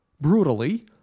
brutally